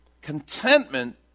Contentment